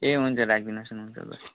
ए हुन्छ राखिदिनु होस् न हुन्छ ल